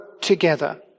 together